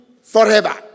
forever